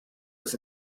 was